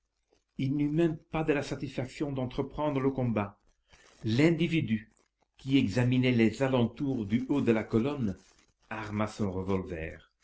il n'eut même pas la satisfaction d'entreprendre le combat l'individu qui examinait les alentours du haut de la colonne arma son revolver